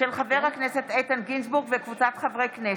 של חבר הכנסת איתן גינזבורג וקבוצת חברי הכנסת,